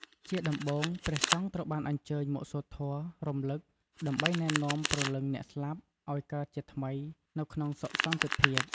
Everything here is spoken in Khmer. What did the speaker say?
ជាដំបូង ព្រះសង្ឃត្រូវបានអញ្ជើញមកសូត្រធម៌រលឹក ដើម្បីណែនាំព្រលឹងអ្នកស្លាប់ឲ្យកើតជាថ្មីនៅក្នុងសុខសន្តិភាព។